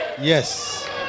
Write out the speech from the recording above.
Yes